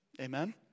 Amen